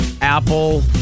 Apple